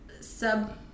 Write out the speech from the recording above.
sub